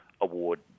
award